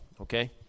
Okay